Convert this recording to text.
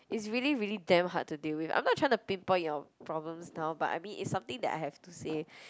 it's really really damn hard to deal with I'm not trying to pinpoint your problems down but I mean is something that I have to say